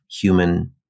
human